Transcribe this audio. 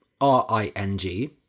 R-I-N-G